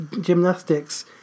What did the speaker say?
gymnastics